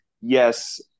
Yes